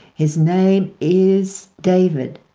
his name is david!